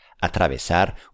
Atravesar